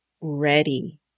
ready